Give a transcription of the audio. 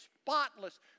spotless